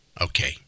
Okay